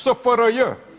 SFRJ!